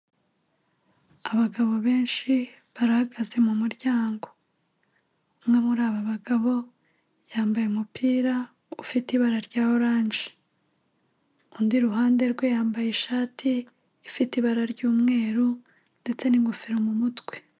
Abagabo benshi barahagaze mu muryango, umwe muri aba bagabo yambaye umupira ufite ibara rya oranje, undi iruhande rwe yambaye ishati ifite ibara ry'umweru ndetse n'ingofero mu mutwe.